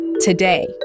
today